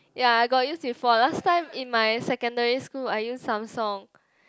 ya I got use before last time in my secondary school I use Samsung